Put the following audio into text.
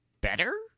better